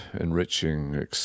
enriching